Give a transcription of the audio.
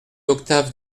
octave